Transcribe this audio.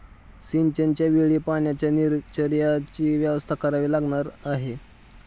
सिंचनाच्या वेळी पाण्याच्या निचर्याचीही व्यवस्था करावी लागणार आहे